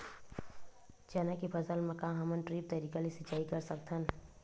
चना के फसल म का हमन ड्रिप तरीका ले सिचाई कर सकत हन?